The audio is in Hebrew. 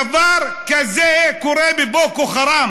דבר כזה קורה בבוקו חראם